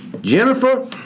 Jennifer